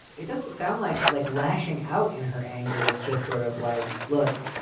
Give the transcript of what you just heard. it doesn't sound like like lashing out in her anger is just sort of like, look,